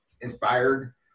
inspired